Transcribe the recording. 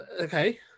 okay